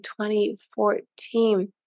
2014